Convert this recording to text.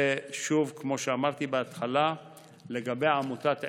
שוב, כמו שאמרתי בהתחלה לגבי עמותת עלם,